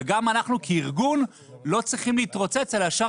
וגם אנחנו כארגון לא צריכים להתרוצץ אלא ישר